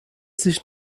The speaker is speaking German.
sich